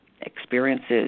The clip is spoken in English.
experiences